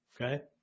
okay